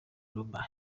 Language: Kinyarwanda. numa